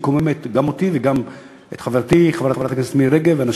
שמקוממת גם אותי וגם את חברתי חברת הכנסת מירי רגב,